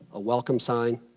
a welcome sign.